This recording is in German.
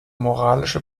moralische